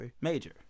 major